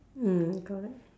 mm correct